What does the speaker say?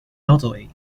elderly